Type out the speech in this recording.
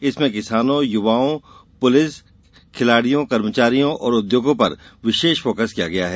इसमें किसानों युवाओं पुलिस खिलाड़ियों कर्मचारियों और उद्योगों पर विशेष फोकस किया गया है